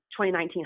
2019